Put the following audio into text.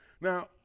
Now